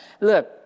look